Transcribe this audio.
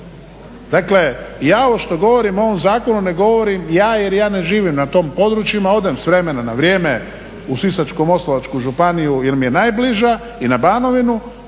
Dakle, ja ovo što govorim o ovom zakonu ne govorim ja, jer ja ne živim na tom području, odem s vremena na vrijeme u Sisačko-moslavačku županiju jer mi je najbliža i na Banovinu